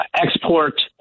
export